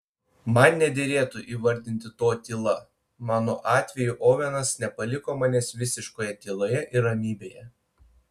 man nederėtų įvardinti to tyla mano atveju ovenas nepaliko manęs visiškoje tyloje ir ramybėje